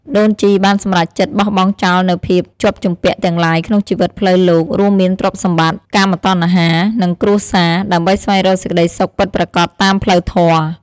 ដូនជីបានសម្រេចចិត្តបោះបង់ចោលនូវភាពជាប់ជំពាក់ទាំងឡាយក្នុងជីវិតផ្លូវលោក រួមមានទ្រព្យសម្បត្តិ កាមតណ្ហា និងគ្រួសារ ដើម្បីស្វែងរកសេចក្តីសុខពិតប្រាកដតាមផ្លូវធម៌។